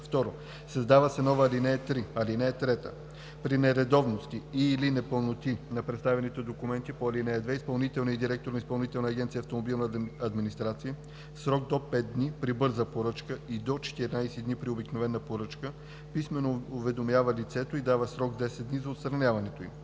3.“ 2. Създава се нова ал. 3: „(3) При нередовности и/или непълноти на представените документи по ал. 2 изпълнителният директор на Изпълнителна агенция „Автомобилна администрация“ в срок до 5 дни при бърза поръчка и до 14 дни при обикновена поръчка писмено уведомява лицето и дава срок 10 дни за отстраняването им.